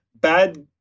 bad